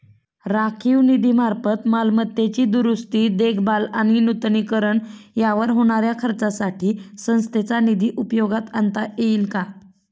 राखीव निधीमार्फत मालमत्तेची दुरुस्ती, देखभाल आणि नूतनीकरण यावर होणाऱ्या खर्चासाठी संस्थेचा निधी उपयोगात आणता येईल का?